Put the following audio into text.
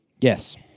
Yes